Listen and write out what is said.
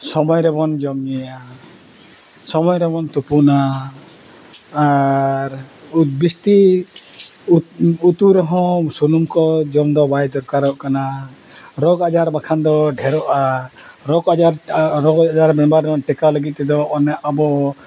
ᱥᱚᱢᱚᱭ ᱨᱮᱵᱚᱱ ᱡᱚᱢᱼᱧᱩᱭᱟ ᱥᱚᱢᱚᱭ ᱨᱮᱵᱚᱱ ᱛᱩᱯᱩᱱᱟ ᱟᱨ ᱡᱟᱹᱥᱛᱤ ᱩᱛᱩ ᱨᱮᱦᱚᱸ ᱥᱩᱱᱩᱢ ᱠᱚ ᱡᱚᱢ ᱫᱚ ᱵᱟᱭ ᱫᱚᱨᱠᱟᱨᱚᱜ ᱠᱟᱱᱟ ᱨᱳᱜᱽᱼᱟᱡᱟᱨ ᱵᱟᱠᱷᱟᱱ ᱫᱚ ᱰᱷᱮᱨᱚᱜᱼᱟ ᱨᱳᱜᱽᱼᱟᱡᱟᱨ ᱨᱳᱜᱽᱼᱟᱡᱟᱨ ᱵᱮᱵᱟᱨ ᱴᱮᱠᱟᱣ ᱞᱟᱹᱜᱤᱫ ᱛᱮᱫᱚ ᱚᱱᱮ ᱟᱵᱚ